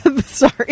Sorry